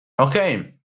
Okay